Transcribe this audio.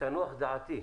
שתנוח דעתי,